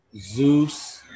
Zeus